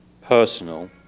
personal